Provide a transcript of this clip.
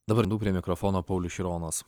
dabar daug prie mikrofono paulius šironas